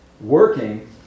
working